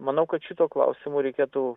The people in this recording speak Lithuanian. manau kad šituo klausimu reikėtų